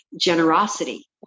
generosity